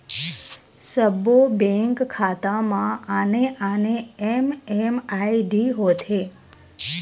सब्बो बेंक खाता म आने आने एम.एम.आई.डी होथे